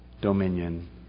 dominion